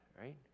right